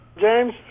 James